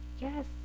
Yes